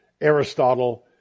Aristotle